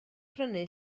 prynu